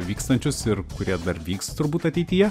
vykstančius ir kurie dar vyks turbūt ateityje